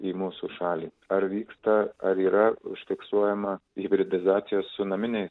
į mūsų šalį ar vyksta ar yra užfiksuojama hibridizacijos su naminiais